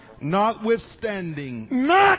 Notwithstanding